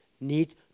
need